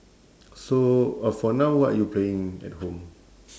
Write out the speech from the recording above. so uh for now what are you playing at home